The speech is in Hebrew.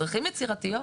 דרכים יצירתיות.